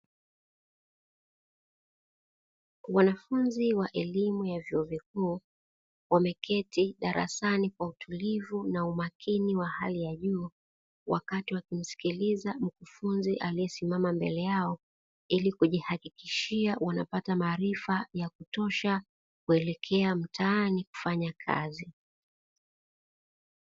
Wanafunzi wa elimu ya vyuo vikuu wameketi darasani kwa utulivu na umakini wa hali ya juu wakati wakimsikiliza mkufunzi aliyesimama mbele yao, ili kujihakikishia wanapata maarifa ya kutosha kuelekea mtaani kufanya kazi.